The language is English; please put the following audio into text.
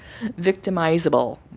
victimizable